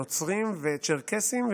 נוצרים וצ'רקסים.